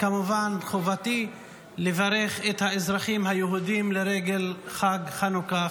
חובתי לברך את האזרחים היהודים לרגל חג חנוכה.